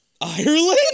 Ireland